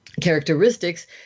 characteristics